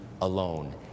alone